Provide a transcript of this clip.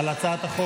מה הבהרת?